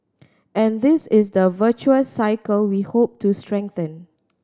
and this is the virtuous cycle we hope to strengthen